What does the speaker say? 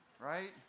right